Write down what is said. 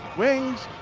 wings,